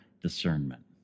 discernment